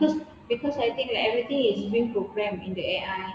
cause because I think everything is being programmed in the A_I